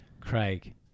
Craig